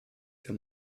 für